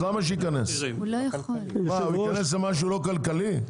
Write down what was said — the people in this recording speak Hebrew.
הוא ייכנס למשהו לא כלכלי?